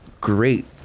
great